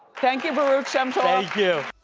thank you, baruch shemtov. thank you.